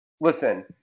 listen